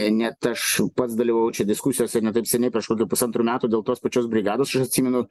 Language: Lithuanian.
net aš pats dalyvavau čia diskusijose ir ne taip seniai prieš kokių pusantrų metų dėl tos pačios brigados aš atsimenu